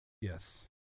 Yes